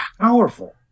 powerful